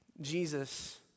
Jesus